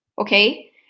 okay